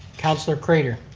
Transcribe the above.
councillor craiter.